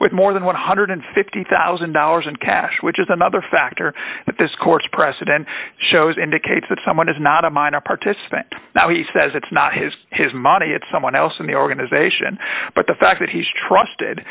with more than one hundred and fifty thousand dollars in cash which is another factor that this court's precedents shows indicates that someone is not a minor participant now he says it's not his his money it's someone else in the organization but the fact that he's trusted